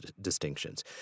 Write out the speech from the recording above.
distinctions